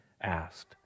asked